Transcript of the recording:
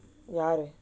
யாரு:yaaru